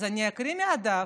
אז אני אקריא מהדף,